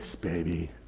baby